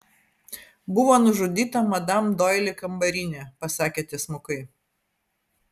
buvo nužudyta madam doili kambarinė pasakė tiesmukai